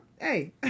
hey